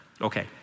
okay